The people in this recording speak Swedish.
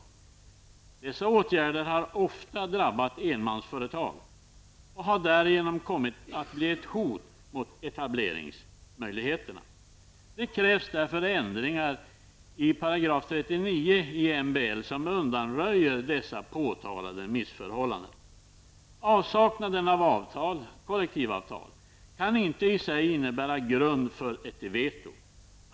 Dessa åtgärder har ofta drabbat enmansföretag och har därigenom kommit att bli ett hot mot etableringsmöjligheterna. Det krävs därför ändringar i 39 § i MBL som undanröjer dessa påtalade missförhållanden. Avsaknaden av avtal -- kollektivavtal -- kan inte i sig innebära grund för ett veto.